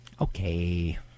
okay